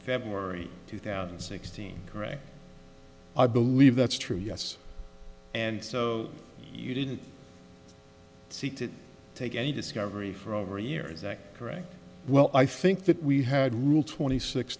february two thousand and sixteen gray i believe that's true yes and so you didn't seek to take any discovery for over a year is that correct well i think that we had rule twenty six